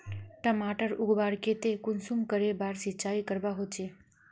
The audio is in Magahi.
टमाटर उगवार केते कुंसम करे बार सिंचाई करवा होचए?